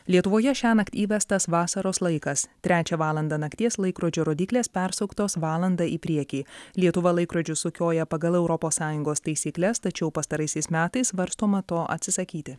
lietuvoje šiąnakt įvestas vasaros laikas trečią valandą nakties laikrodžio rodyklės persuktos valanda į priekį lietuva laikrodžius sukioja pagal europos sąjungos taisykles tačiau pastaraisiais metais svarstoma to atsisakyti